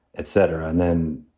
et cetera? and then,